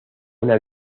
una